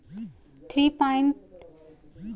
three point linkage के माध्यम से एक ट्रैक्टर से जुड़ा होता है